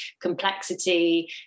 complexity